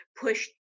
push